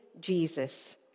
Jesus